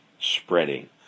spreading